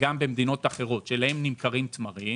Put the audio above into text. וגם במדינות אחרות שבהן נמכרים תמרים,